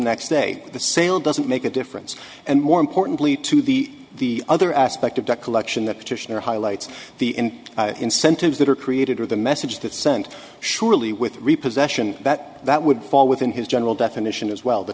next day the sale doesn't make a difference and more importantly to the other aspect of the collection that petitioner highlights the end incentives that are created or the message that sent surely with repossession that that would fall within his general definition as well t